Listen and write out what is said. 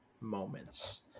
moments